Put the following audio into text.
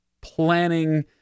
planning